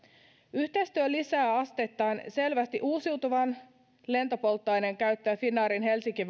yhteistyö lisää asteittain selvästi uusiutuvan lentopolttoaineen käyttöä finnairin helsinki